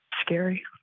scary